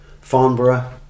Farnborough